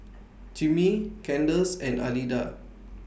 Jimmie Candace and Alida